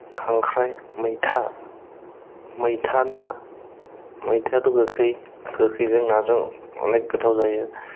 खांख्राइ मैथा मैथा ना मैथा गोखै गोखैजों नाजों अनेक गोथाव जायो